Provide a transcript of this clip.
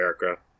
America